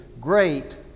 great